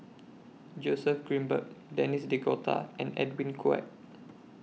Joseph Grimberg Denis D'Cotta and Edwin Koek